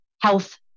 health